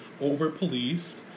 over-policed